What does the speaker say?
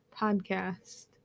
podcast